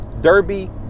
Derby